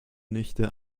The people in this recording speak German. nichte